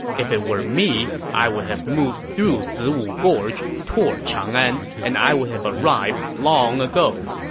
if it were me, i would have moved through ziwu gorge toward chang'an, and i would have arrived long ago.